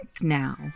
now